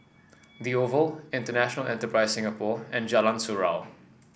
the Oval International Enterprise Singapore and Jalan Surau